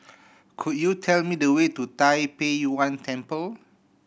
could you tell me the way to Tai Pei Yuen Temple